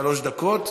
שלוש דקות.